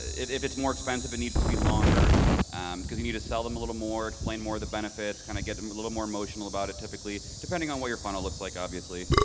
if it's more expensive, it needs to be longer because you need to sell them a little more, explain more the benefits, kind of get them a little more emotional about it, typically depending on what your funnel looks like, obviously.